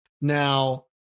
Now